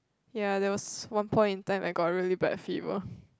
ya there was one point in time I got a really bad fever